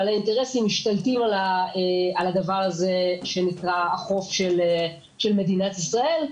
בעלי אינטרסים משתלטים על הדבר הזה שנקרא החוף של מדינת ישראל,